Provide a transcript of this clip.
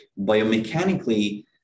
biomechanically